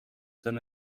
than